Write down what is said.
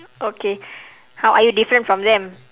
okay how are you different from them